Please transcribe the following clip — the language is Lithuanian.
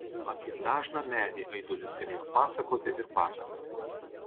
apie dažną medį aidulis galėjo pasakoti ir pasakoti